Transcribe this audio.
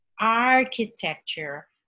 architecture